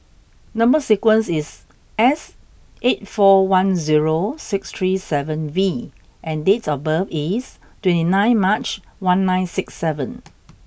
number sequence is S eight four one zero six three seven V and date of birth is twenty nine March one nine six seven